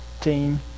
team